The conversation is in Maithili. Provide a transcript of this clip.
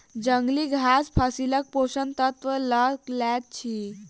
जंगली घास फसीलक पोषक तत्व लअ लैत अछि